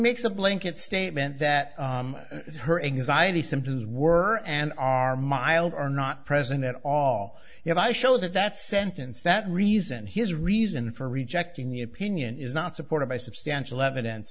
makes a blanket statement that her anxiety symptoms were and are mild are not present at all if i show that that sentence that reason his reason for rejecting the opinion is not supported by substantial evidence